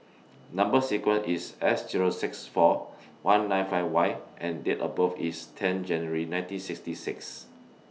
Number sequence IS S Zero seven six four one nine five Y and Date of birth IS ten January nineteen sixty six